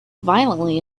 violently